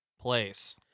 place